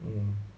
um